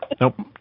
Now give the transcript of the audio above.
nope